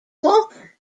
walker